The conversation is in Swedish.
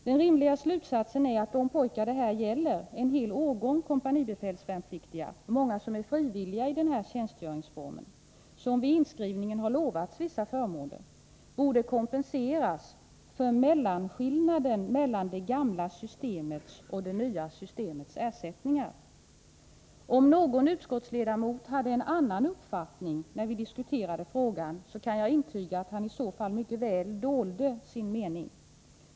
Den rimliga slutsatsen är att de pojkar som avses — en hel årgång kompanibefälsvärnpliktiga, av vilka många är frivilliga — och som vid inskrivningen utlovades vissa förmåner borde få kompensation för mellanskillnaden, dvs. skillnaden mellan det gamla systemets och det nya systemets ersättningar. Om någon ledamot i utskottet hade en annan uppfattning när frågan diskuterades, kan jag intyga att han i så fall mycket väl dolde sin mening.